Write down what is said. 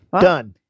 Done